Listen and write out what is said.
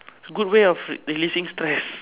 good way of releasing stress